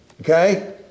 okay